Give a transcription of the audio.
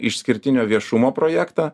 išskirtinio viešumo projektą